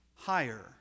higher